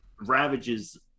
ravages